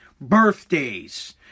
Birthdays